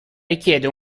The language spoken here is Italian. richiede